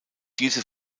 diese